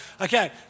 Okay